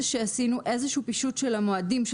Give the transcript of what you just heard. זה שעשינו איזשהו פישוט של המועדים של